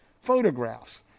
photographs